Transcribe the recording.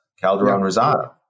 Calderon-Rosado